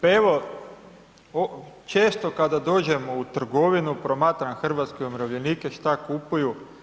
Pa evo, često kada dođemo u trgovinu, promatram hrvatske umirovljenike šta kupuju.